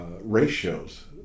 ratios